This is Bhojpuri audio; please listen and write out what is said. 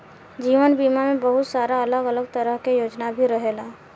जीवन बीमा में बहुत सारा अलग अलग तरह के योजना भी रहेला